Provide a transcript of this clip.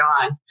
gone